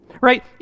right